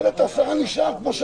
לפי הנוסח של היועץ המשפטי שאמר עכשיו,